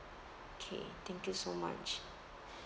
okay thank you so much